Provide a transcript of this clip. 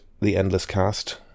TheEndlessCast